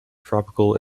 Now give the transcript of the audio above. tropical